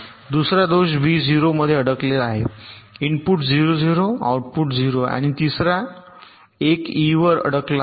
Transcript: दुसरा दोष बी 0 मध्ये अडकलेला आहे इनपुट 0 0 आउटपुट 0 आहे आणि तिसरा 1 ई 1 वर अडकला आहे